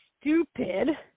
stupid